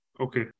Okay